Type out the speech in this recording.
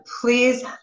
please